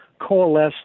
coalesce